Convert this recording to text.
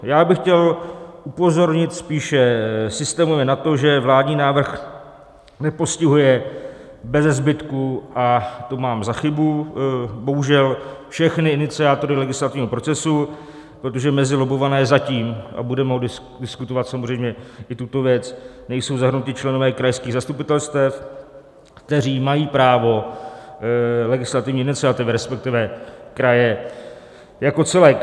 Já bych chtěl upozornit spíše systémově na to, že vládní návrh nepostihuje beze zbytku, a to mám za chybu, bohužel všechny iniciátory legislativního procesu, protože mezi lobbované zatím a budeme diskutovat samozřejmě i tuto věc nejsou zahrnuti členové krajských zastupitelstev, kteří mají právo legislativní iniciativy, resp. kraje jako celek.